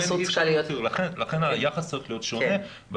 לכן היחס צריך להיות שונה,